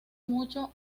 mucho